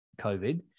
COVID